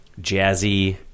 jazzy